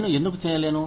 నేను ఎందుకు చేయలేను